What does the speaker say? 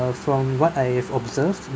uh from what I've observed